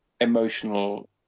emotional